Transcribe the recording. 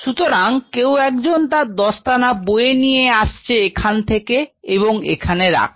সুতরাং কেউ একজন তার দস্তানা বয়ে নিয়ে আসছে এখান থেকে এবং এখানে রাখল